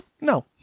No